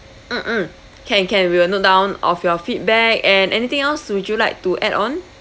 mm mm can can we will note down of your feedback and anything else would you like to add on